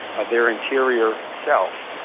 of their interior self,